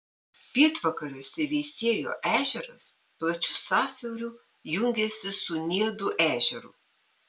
pietvakariuose veisiejo ežeras plačiu sąsiauriu jungiasi su niedų ežeru